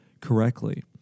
correctly